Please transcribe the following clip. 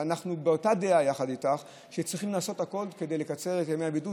ואנחנו באותה דעה יחד איתך שצריכים לעשות הכול כדי לקצר את ימי הבידוד.